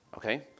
Okay